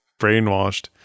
Brainwashed